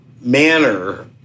manner